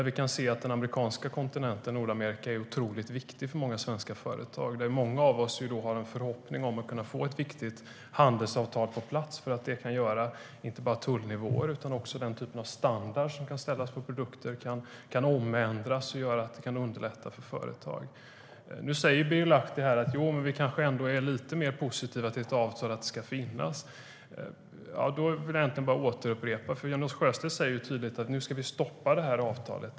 Vi kan se att den amerikanska kontinenten, Nordamerika, är otroligt viktig för många svenska företag. Nu säger Birger Lahti: Jo, men vi kanske är lite mer positiva till att ett avtal ska finnas. Jonas Sjöstedt säger tydligt: Nu ska vi stoppa det här avtalet.